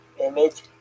Image